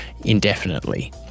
indefinitely